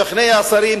לשכנע שרים,